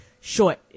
short